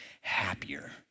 happier